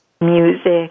music